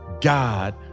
God